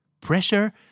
pressure